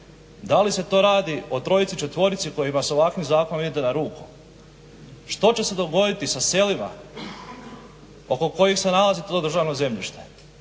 Da li se to radi o trojici, četvorici kojima se ovakvim zakonom ide na ruku? Što će se dogoditi sa selima oko kojih se nalazi to državno zemljište?